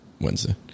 Wednesday